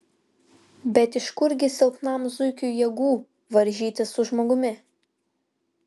bet iš kurgi silpnam zuikiui jėgų varžytis su žmogumi